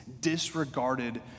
disregarded